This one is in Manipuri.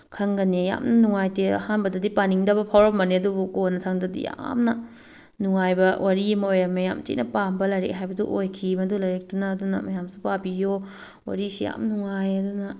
ꯈꯪꯒꯅꯤ ꯌꯥꯝ ꯅꯨꯡꯉꯥꯏꯇꯦ ꯑꯍꯥꯟꯕꯗꯗꯤ ꯄꯥꯅꯤꯡꯗꯅ ꯐꯥꯎꯔꯝꯕꯅꯦ ꯑꯗꯨꯕꯨ ꯀꯣꯟꯅ ꯊꯪꯗꯗꯤ ꯌꯥꯝꯅ ꯅꯨꯡꯉꯥꯏꯕ ꯋꯥꯔꯤ ꯑꯃ ꯑꯣꯏꯔꯝꯃꯦ ꯌꯥꯝ ꯊꯤꯅ ꯄꯥꯝꯕ ꯂꯥꯏꯔꯤꯛ ꯍꯥꯏꯕꯗꯨ ꯑꯣꯏꯈꯤ ꯃꯗꯨ ꯂꯥꯏꯔꯤꯛꯇꯨꯅ ꯑꯗꯨꯅ ꯃꯌꯥꯝꯁꯨ ꯄꯥꯕꯤꯌꯣ ꯋꯥꯔꯤꯁꯦ ꯌꯥꯝ ꯅꯨꯡꯉꯥꯏ ꯑꯗꯨꯅ